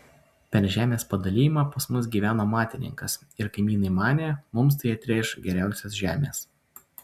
per žemės padalijimą pas mus gyveno matininkas ir kaimynai manė mums tai atrėš geriausios žemės